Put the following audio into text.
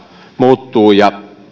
muuttuu ja